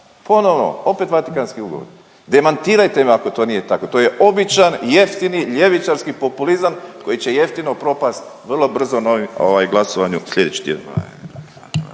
ponovno opet Vatikanski ugovori. Demantirajte me ako to nije tako. To je običan i jeftini ljevičarski populizam koji će jeftino propast vrlo brzo na ovaj glasovanju slijedeći tjedan.